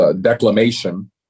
declamation